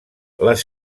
les